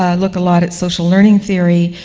ah look a lot at social learning theory,